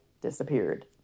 disappeared